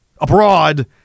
abroad